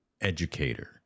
educator